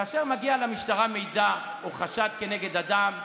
כאשר מגיע למשטרה מידע או חשד כנגד אדם,